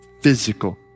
physical